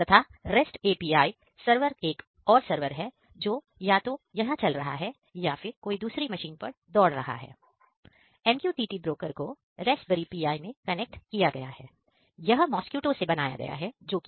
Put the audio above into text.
तथा REST API server एक और सरवर है जो या तो चल रहा है या फिर कोई दूसरी मशीन पर दौड़ रहा है जो है